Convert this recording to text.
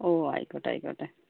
ഓ ആയിക്കോട്ടെ ആയിക്കോട്ടെ